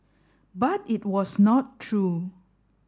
but it was not true